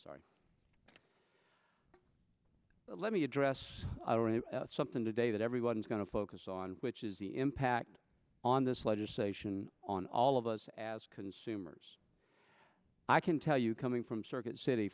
sorry let me address something today that everyone's going to focus on which is the impact on this legislation on all of us as consumers i can tell you coming from circuit city